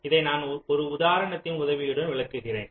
இதை நான் ஒரு உதாரணத்தின் உதவியுடன் விளக்குகிறேன்